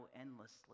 endlessly